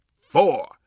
four